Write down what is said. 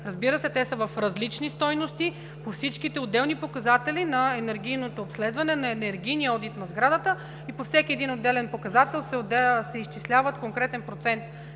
Разбира се, те са в различни стойности по всичките отделни показатели на енергийното обследване, на енергийния одит на сградата. По всеки един отделен показател се изчислява конкретен процент